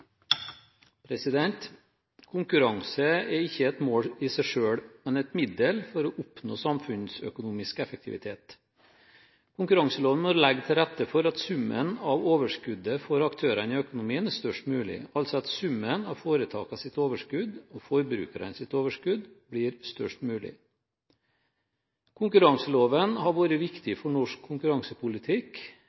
ervervsvirksomhet. Konkurranse er ikke et mål i seg selv, men et middel for å oppnå samfunnsøkonomisk effektivitet. Konkurranseloven må legge til rette for at summen av overskuddet for aktørene i økonomien er størst mulig – altså at summen av foretakenes overskudd og forbrukernes overskudd blir størst mulig. Konkurranseloven har vært viktig for norsk konkurransepolitikk,